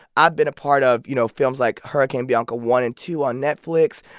i've been a part of, you know, films like hurricane bianca one and two on netflix,